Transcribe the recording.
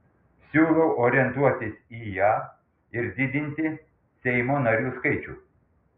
siūlau orientuotis į ją ir didinti seimo narių skaičių